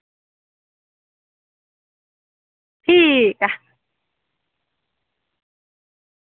ठीक ऐ